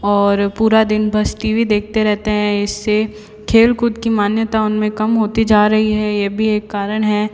और पूरा दिन बस टी वी देखते रहते हैं इससे खेल कूद की मान्यता उनमें कम होती जा रही है ये भी एक कारण है